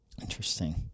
Interesting